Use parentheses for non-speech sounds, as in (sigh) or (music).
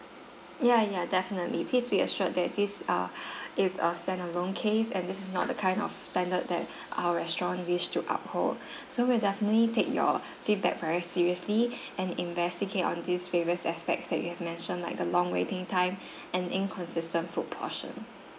ya ya definitely please be assured that this err (breath) is a stand alone case and this is not the kind of standard that our restaurant wish to uphold (breath) so we'll definitely take your feedback very seriously (breath) and investigate on these various aspects that you have mentioned like the long waiting time (breath) and inconsistent food portion